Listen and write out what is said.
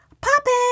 popping